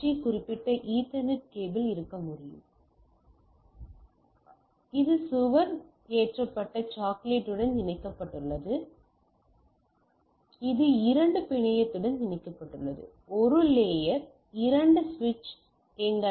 குறிப்பிட்ட ethernet cable இருக்க முடியும் இது சுவர் ஏற்றப்பட்ட சாக்கெட்டுடன் இணைக்கப்பட்டுள்ளது இது இரண்டு பிணையத்துடன் இணைக்கப்பட்டுள்ளது ஒரு லேயர் இரண்டு சுவிட்ச் எங்கள் ஐ